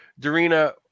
Darina